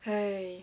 !haiya!